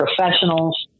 professionals